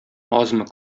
азмы